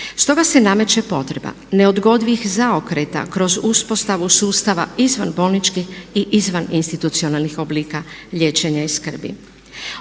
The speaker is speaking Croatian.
Stoga se nameće potreba neodgodivih zaokreta kroz uspostavu sustava izvan bolničke i izvan institucionalnih oblika liječenja i skrbi.